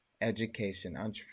education